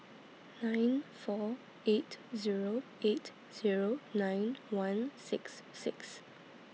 nine four eight Zero eight Zero nine one six six